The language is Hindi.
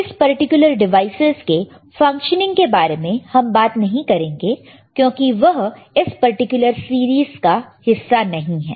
इस पर्टिकुलर डिवाइसेज के फंक्शनिंग के बारे में हम बात नहीं करेंगे क्यों वह इस पर्टिकुलर सीरीज का हिस्सा नहीं है